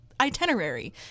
itinerary